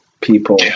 people